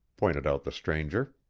pointed out the stranger.